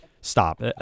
Stop